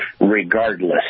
Regardless